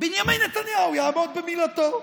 בנימין נתניהו יעמוד במילתו.